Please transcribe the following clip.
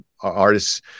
artists